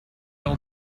old